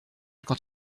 quand